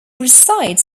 resides